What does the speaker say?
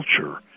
culture